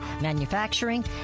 manufacturing